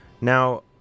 Now